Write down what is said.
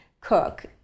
cook